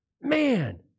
man